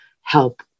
help